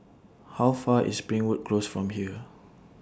How Far IS Springwood Close from here